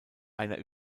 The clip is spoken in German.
einer